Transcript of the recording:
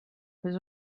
was